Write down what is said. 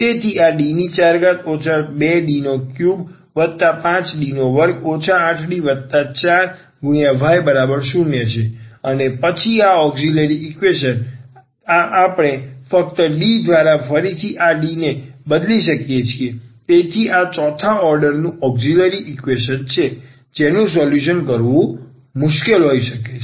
તેથી આ D4 2D35D2 8D4y0 છે અને પછી આ ઔક્ષીલરી ઈક્વેશન આપણે ફક્ત D દ્વારા ફરીથી આ D ને બદલી શકીએ છીએ તેથી આ ચોથા ઓર્ડરનું ઔક્ષીલરી ઈક્વેશન છે જેનું સોલ્યુશન કરવું મુશ્કેલ હોઈ શકે છે